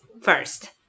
first